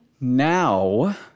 Now